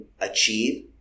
achieve